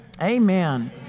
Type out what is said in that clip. Amen